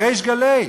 בריש גלי.